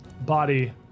body